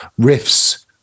riffs